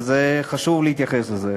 חשוב להתייחס לזה.